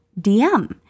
DM